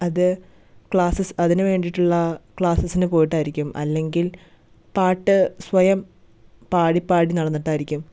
അത് ക്ലാസസ് അതിനു വേണ്ടിയിട്ടുള്ള ക്ലാസസിന് പോയിട്ടായിരിക്കും അല്ലെങ്കിൽ പാട്ട് സ്വയം പാടി പാടി നടന്നിട്ടായിരിക്കും